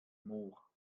moor